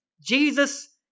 Jesus